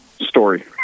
story